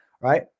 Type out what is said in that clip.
Right